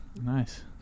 nice